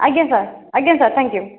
ଆଜ୍ଞା ସାର୍ ଆଜ୍ଞା sir thank you